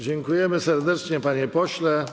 Dziękujemy serdecznie, panie pośle.